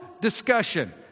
discussion